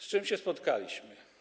Z czym się spotkaliśmy?